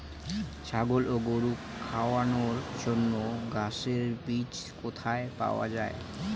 ছাগল ও গরু খাওয়ানোর জন্য ঘাসের বীজ কোথায় পাওয়া যায়?